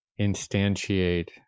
instantiate